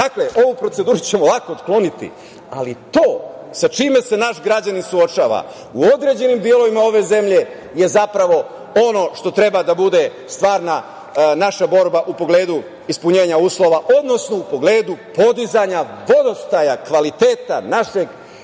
Dakle, ovu proceduru ćemo lako otkloniti, ali to sa čime se naš građanin suočava u određenim delovima ove zemlje je zapravo ono što treba da bude naša stvarna borba u pogledu ispunjenja uslova, odnosno u pogledu podizanja vodostaja kvaliteta našeg